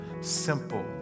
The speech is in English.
simple